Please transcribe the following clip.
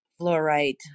fluorite